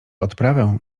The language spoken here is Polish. odprawę